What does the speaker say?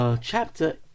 Chapter